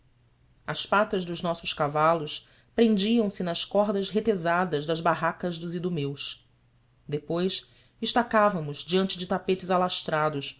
as patas dos nossos cavalos prendiam se nas cordas retesadas das barracas dos idumeus depois estávamos diante de tapetes alastrados